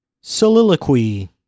Soliloquy